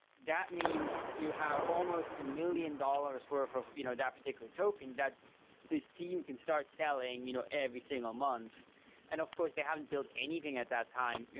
that means you have almost a million dollars' worth of you know that particular token, that this team can start selling you know every single month and of course, they haven't built anything at that time,